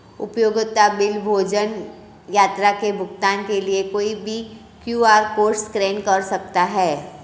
उपयोगिता बिल, भोजन, यात्रा के भुगतान के लिए कोई भी क्यू.आर कोड स्कैन कर सकता है